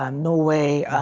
and norway,